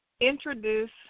introduce